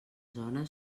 zona